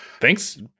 thanks